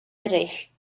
eraill